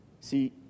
See